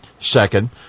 Second